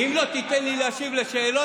אם לא תיתן לי להשיב על השאלות,